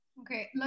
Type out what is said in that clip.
Okay